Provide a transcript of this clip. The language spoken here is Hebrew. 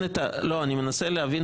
אני מנסה להבין,